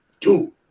Two